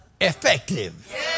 effective